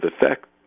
effect